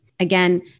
Again